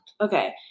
okay